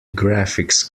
graphics